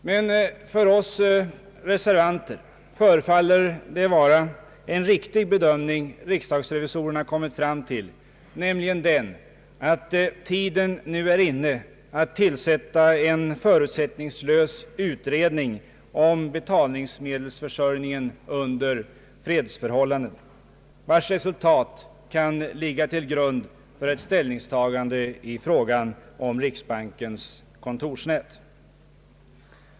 Men för oss reservanter förefaller det vara en riktig bedömning riksdagsrevisorerna kommit fram till, nämligen att tiden nu är inne att tillsätta en förutsättningslös utredning om betalningsmedelsförsörjningen under fredsförhållanden, vars resultat kan ligga till grund för ett ställningstagande i fråga om riksbankens kontorsnät.